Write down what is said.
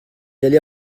allait